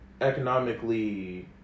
economically